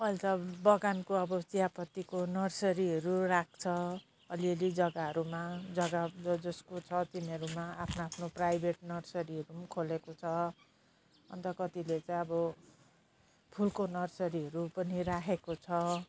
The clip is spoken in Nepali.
अहिले त अब बगानको अब चियापत्तीको नर्सरीहरू राख्छ अलि अलि जगाहरूमा जगा जस जसको छ तिनीहरूमा आफ्नो आफ्नो प्राइभेट नर्सरीहरू खोलेको छ अन्त कतिले चाहिँ अब फुलको नर्सरीहरू पनि राखेको छ